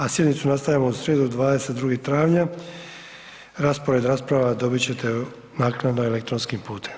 A sjednicu nastavljamo u srijedu, 22. travnja, raspored rasprava dobit ćete naknadno elektronskim putem.